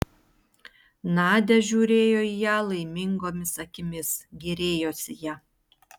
nadia žiūrėjo į ją laimingomis akimis gėrėjosi ja